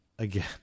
again